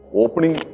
opening